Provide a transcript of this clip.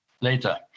later